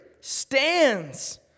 stands